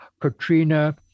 Katrina